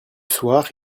soir